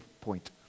point